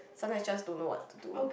sometimes just don't know what to do